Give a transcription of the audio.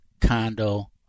condo